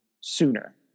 sooner